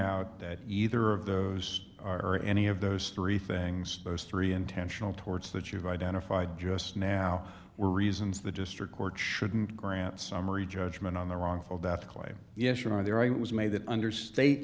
out that either of those or any of those three things those three intentional torts that you've identified just now were reasons the district court shouldn't grant summary judgment on the wrongful death claim issue right there i was made that under state